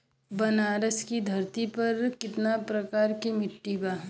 बनारस की धरती पर कितना प्रकार के मिट्टी बा?